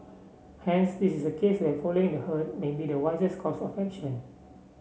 hence this is a case where following the herd may be the wisest course of action